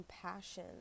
compassion